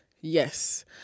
Yes